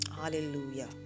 Hallelujah